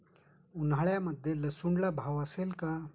उन्हाळ्यामध्ये लसूणला भाव असेल का?